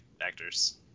actors